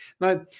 Now